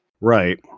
Right